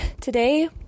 Today